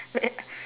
right